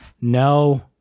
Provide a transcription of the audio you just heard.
no